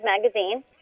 magazine